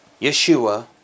Yeshua